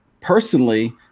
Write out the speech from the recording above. personally